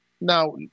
Now